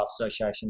Association